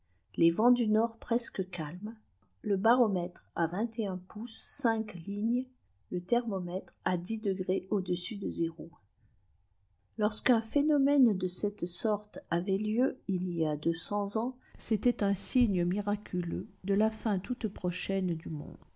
les vëùts dû utfrd ï resttue talmès le baromètre à vingt-un pouces xânq fignes le therinomètrè à dix degrés au-dessus de zéro lorsqu'un phénomène de cette sbîtte àvtiît lieu il y a deux eent db lastrologfe ma ans c'était un signe miraculeux de la fin toute prochaine du monde